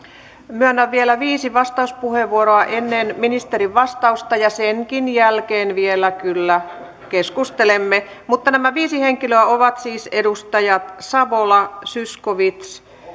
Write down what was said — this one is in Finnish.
myönnän vielä viisi vastauspuheenvuoroa ennen ministerin vastausta ja senkin jälkeen vielä kyllä keskustelemme mutta nämä viisi henkilöä ovat siis edustajat savola zyskowicz